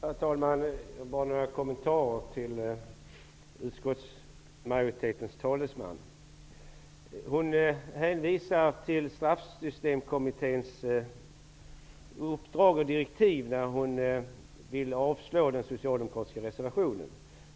Herr talman! Bara några kommentarer till utskottsmajoritetens talesman. Hon hänvisar till Straffsystemkommitténs uppdrag och direktiv när hon vill avslå den socialdemokratiska reservationen.